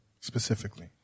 specifically